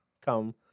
come